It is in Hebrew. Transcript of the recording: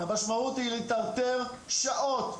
המשמעות היא להיטרטר שעות,